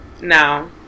No